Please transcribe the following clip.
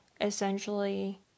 essentially